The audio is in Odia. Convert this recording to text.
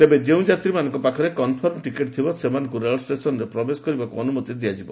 ତେବେ ଯେଉଁ ଯାତ୍ରୀମାନଙ୍କ ପାଖରେ କନ୍ଫର୍ମ ଟିକେଟ୍ ଥିବ ସେମାନଙ୍କୁ ରେଳ ଷ୍ଟେସନ୍ରେ ପ୍ରବେଶ କରିବାକୁ ଅନୁମତି ଦିଆଯିବ